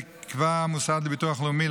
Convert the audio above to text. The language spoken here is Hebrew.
יקבע המוסד לביטוח לאומי,